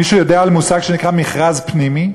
מישהו יודע על מושג שנקרא "מכרז פנימי"?